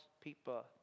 people